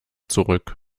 zurück